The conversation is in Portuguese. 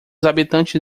habitantes